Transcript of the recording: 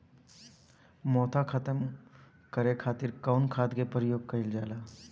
मोथा खत्म करे खातीर कउन खाद के प्रयोग कइल जाला?